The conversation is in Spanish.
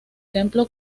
templo